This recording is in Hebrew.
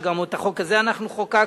וגם את החוק הזה אנחנו חוקקנו.